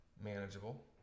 manageable